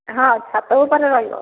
ହଁ ଛାତ ଉପରେ ରହିବ